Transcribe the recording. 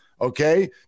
Okay